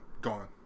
Gone